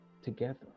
Together